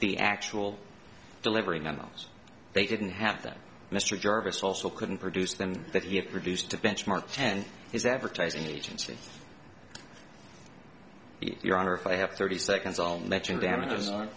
the actual delivering on those they didn't have that mr jarvis also couldn't produce them that he had produced a benchmark ten his advertising agency your honor if i have thirty seconds on legend amazon